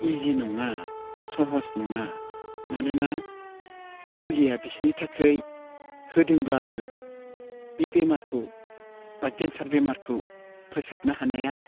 इजि नङा सहस नङा मानोना मुलिया बिसोरनि थाखाय होदोंब्लाबो बे बेमारखौ बा केन्सार बेमारखौ फोसाबनो हानाया